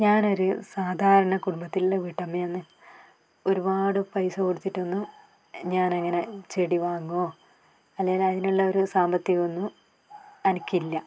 ഞാനൊരു സാധാരണ കുടുംബത്തിലെ വീട്ടമ്മയാണ് ഒരുപാട് പൈസ കൊടുത്തിട്ടൊന്നും ഞാൻ അങ്ങനെ ചെടി വാങ്ങുകയോ അല്ലെങ്കിൽ അതിനുള്ള ഒരു സാമ്പത്തികമൊന്നും എനിക്കില്ല